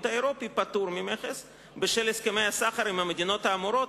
האירופי פטור ממכס בשל הסכמי הסחר עם המדינות האמורות,